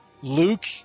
Luke